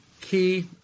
key